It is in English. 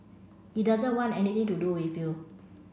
he doesn't want anything to do with you